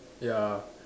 ya